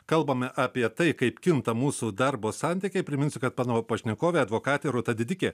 kalbame apie tai kaip kinta mūsų darbo santykiai priminsiu kad pano pašnekovė advokatė rūta didikė